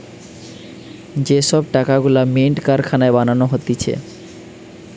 যে সব টাকা গুলা মিন্ট কারখানায় বানানো হতিছে